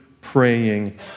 praying